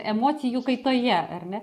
emocijų kaitoje ar ne